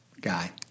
guy